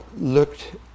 looked